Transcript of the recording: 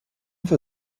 für